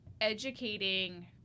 educating